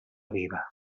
viva